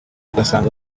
ugasanga